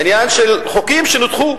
עניין של חוקים שנדחו,